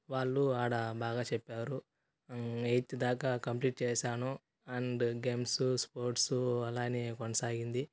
వాళ్ళు ఆడ బాగా చెప్పారు ఎయిత్ దాకా కంప్లీట్ చేసాను అండ్ గేమ్స్ స్పోర్ట్స్ అలాగే కొనసాగింది